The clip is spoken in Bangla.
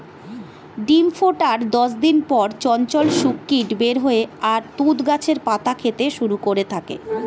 ডিম ফোটার দশ দিন পর চঞ্চল শূককীট বের হয় আর তুঁত গাছের পাতা খেতে শুরু করে থাকে